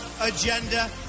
agenda